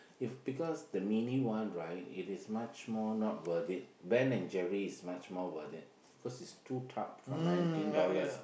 if because the mini one right it is much more not worth it Ben-and-Jerry is much more worth it cause it's two tubs for nineteen dollar